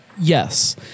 Yes